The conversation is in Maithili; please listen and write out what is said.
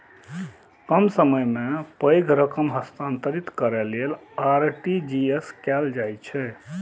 कम समय मे पैघ रकम हस्तांतरित करै लेल आर.टी.जी.एस कैल जाइ छै